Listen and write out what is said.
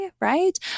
right